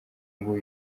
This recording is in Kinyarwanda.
ngo